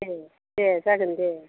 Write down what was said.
दे दे जागोन दे